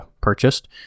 purchased